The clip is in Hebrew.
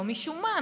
לא משום מה,